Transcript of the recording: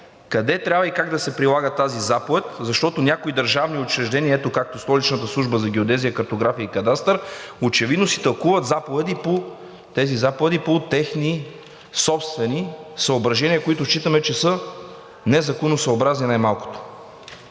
как трябва да се прилага тази заповед, защото някои държавни учреждения, като Столичната служба за геодезия, картография и кадастър, очевидно си тълкуват тези заповеди по техни собствени съображения, които считаме, че най-малкото